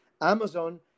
Amazon